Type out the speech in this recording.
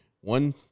one